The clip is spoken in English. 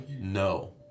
No